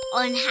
on